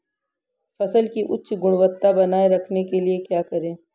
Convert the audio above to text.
फसल की उच्च गुणवत्ता बनाए रखने के लिए क्या करें?